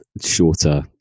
shorter